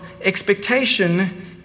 expectation